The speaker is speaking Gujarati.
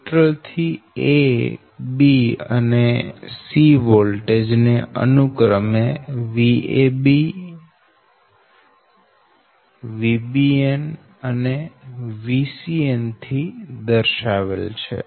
ન્યુટ્રલ થી a b અને c ના વોલ્ટેજ ને અનુક્રમે Van Vbn અને Vcn થી દર્શાવેલ છે